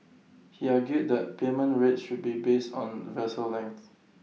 he argued that payment rates should be based on vessel length